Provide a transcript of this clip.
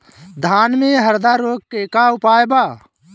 धान में हरदा रोग के का उपाय बा?